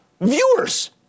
viewers